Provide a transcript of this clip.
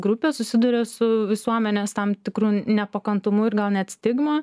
grupės susiduria su visuomenės tam tikru nepakantumu ir gal net stigma